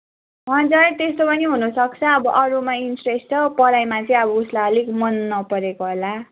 हजुर त्यस्तो पनि हुनसक्छ अब अरूमा इन्ट्रेस्ट छ पढाइमा चाहिँ अब उसलाई अलिक मन नपरेको होला